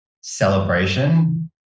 celebration